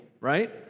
right